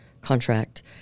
contract